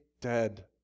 dead